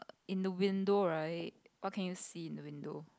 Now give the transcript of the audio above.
in the window right what can you see in the window